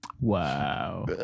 Wow